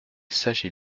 s’agit